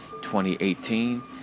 2018